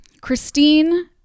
Christine